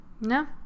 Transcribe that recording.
no